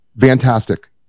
Fantastic